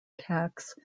tax